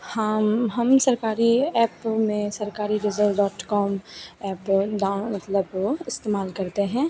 हाम हम सरकारी ऐप में सरकारी रिज़ल डॉट कॉम ऐप मतलब इस्तेमाल करते हैं